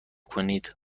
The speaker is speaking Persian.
کنید